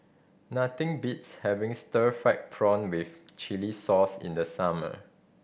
nothing beats having stir fried prawn with chili sauce in the summer